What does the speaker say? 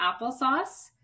applesauce